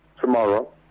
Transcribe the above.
tomorrow